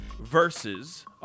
Versus